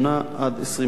עד 20 מלגות,